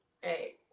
Hey